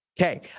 Okay